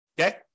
Okay